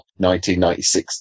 1996